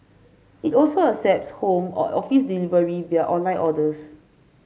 it also accepts home or office delivery via online orders